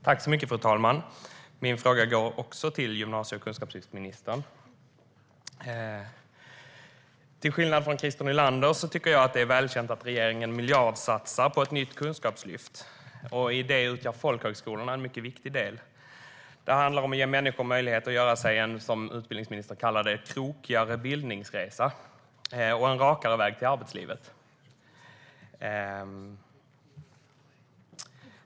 Fru talman! Min fråga går också till gymnasie och kunskapslyftsministern. Till skillnad från Christer Nylander tycker jag att det är välkänt att regeringen miljardsatsar på ett nytt kunskapslyft, och i det utgör folkhögskolorna en mycket viktig del. Det handlar om att ge människor möjlighet till det som utbildningsministern kallade för en krokigare bildningsresa och en rakare väg till arbetslivet.